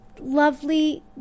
lovely